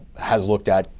has looked at.